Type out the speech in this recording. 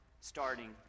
starting